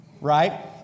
right